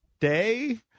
day